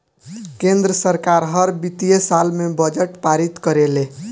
केंद्र सरकार हर वित्तीय साल में बजट पारित करेले